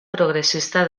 progressista